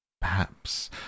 Perhaps